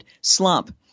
slump